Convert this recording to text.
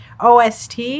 ost